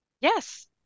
Yes